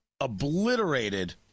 obliterated